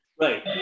Right